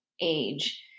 age